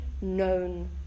known